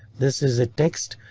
this is a text,